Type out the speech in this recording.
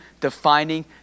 defining